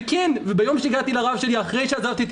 ביום שהגעתי לרב שלי אחרי שעזבתי את